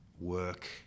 work